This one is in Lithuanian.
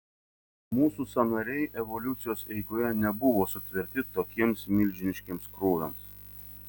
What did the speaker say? mūsų sąnariai evoliucijos eigoje nebuvo sutverti tokiems milžiniškiems krūviams